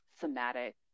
somatic